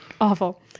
awful